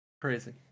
Crazy